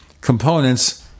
components